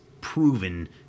proven